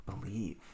Believe